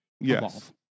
Yes